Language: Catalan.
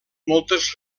moltes